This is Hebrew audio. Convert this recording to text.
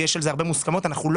לגייס אג"ח,